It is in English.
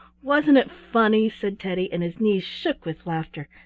wasn't it funny? said teddy, and his knees shook with laughter.